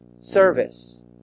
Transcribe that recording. service